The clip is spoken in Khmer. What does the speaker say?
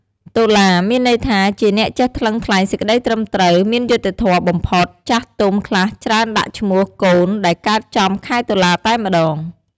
តុលា មានន័យថា ជាអ្នកចេះថ្លឹងថ្លែងសេចក្តីត្រឹមត្រូវ មានយុត្តិធម៌បំផុត ចាស់ទុំខ្លះច្រើនដាក់ឈ្មោះកូនដែលកើតចំខែតុលាតែម្តង។